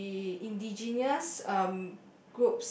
the indigenous um